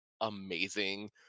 amazing